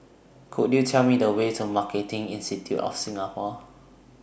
Could YOU Tell Me The Way to Marketing Institute of Singapore